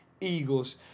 Eagles